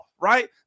right